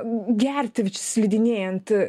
gerti slidinėjant